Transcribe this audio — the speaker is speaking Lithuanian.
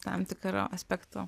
tam tikru aspektu